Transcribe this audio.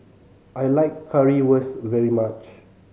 I like Currywurst very much